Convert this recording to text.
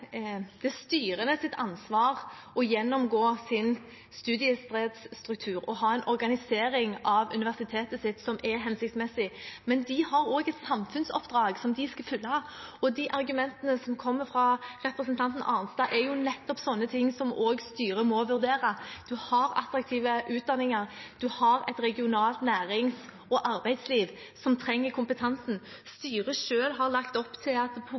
hensiktsmessig. Men de har også et samfunnsoppdrag som de skal fylle, og de argumentene som kommer fra representanten Arnstad, er nettopp sånne ting som også styret må vurdere. Man har attraktive utdanninger, man har et regionalt nærings- og arbeidsliv som trenger kompetansen. Styret selv har lagt opp til